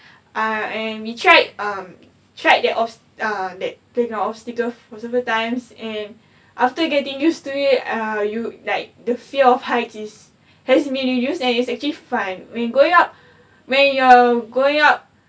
ah and we tried um tried their obs~ ah that big obstacle for several times and after getting used to it uh you like the fear of height it has been reduced and it's actually fine when you going up when you're going up